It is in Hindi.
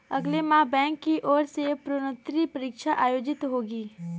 अगले माह बैंक की ओर से प्रोन्नति परीक्षा आयोजित होगी